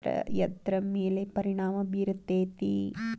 ಮಸಕಾಗಿ ಹವಾಮಾನ ಇದ್ರ ಎದ್ರ ಮೇಲೆ ಪರಿಣಾಮ ಬಿರತೇತಿ?